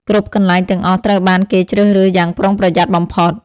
គ្រប់កន្លែងទាំងអស់ត្រូវបានគេជ្រើសរើសយ៉ាងប្រុងប្រយ័ត្នបំផុត។